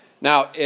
Now